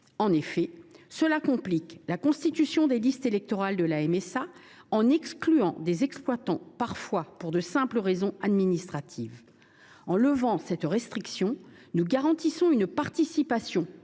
: cela complique la constitution des listes électorales de la MSA, en excluant des exploitants parfois pour de simples raisons administratives. En levant cette restriction, nous garantissons une participation